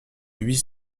huit